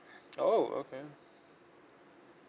oh okay